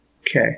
Okay